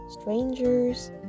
strangers